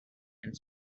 and